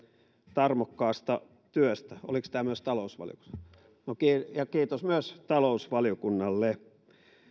tarmokkaasta työstä oliko tämä myös talousvaliokunnassa ja kiitos myös talousvaliokunnalle